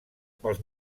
pels